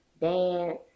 dance